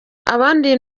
abandi